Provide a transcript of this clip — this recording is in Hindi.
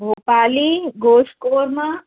भोपाली गोश्त कोरमा